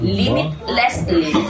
limitlessly